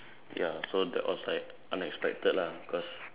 ya so that was like unexpected lah because